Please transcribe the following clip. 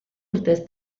urtez